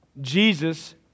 Jesus